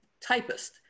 typist